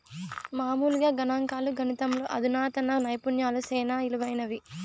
మామూలుగా గణంకాలు, గణితంలో అధునాతన నైపుణ్యాలు సేనా ఇలువైనవి